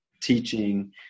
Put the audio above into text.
teaching